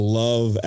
love